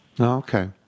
Okay